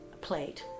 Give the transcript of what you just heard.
played